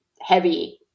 heavy